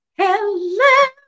Hello